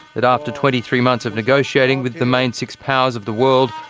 that after twenty three months of negotiating with the main six powers of the world,